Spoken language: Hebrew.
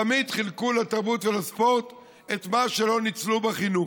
תמיד חילקו לתרבות ולספורט את מה שלא ניצלו בחינוך.